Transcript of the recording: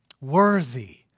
worthy